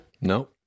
No